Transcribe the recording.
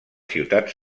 ciutats